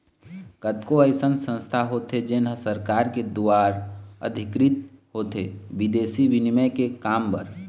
कतको अइसन संस्था होथे जेन ह सरकार के दुवार अधिकृत होथे बिदेसी बिनिमय के काम बर